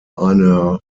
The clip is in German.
einer